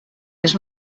més